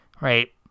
right